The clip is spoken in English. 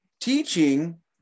teaching